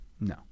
No